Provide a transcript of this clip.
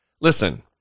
Listen